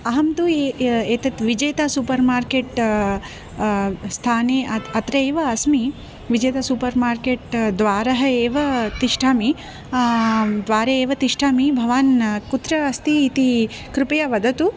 अहं तु ये एतत् विजेता सूपर् मार्केट्टा स्थाने अत्र अत्रैव अस्मि विजेतासूपर् मार्केट्टद्वारे एव तिष्ठामि द्वारे एव तिष्ठामि भवान् कुत्र अस्ति इति कृपया वदतु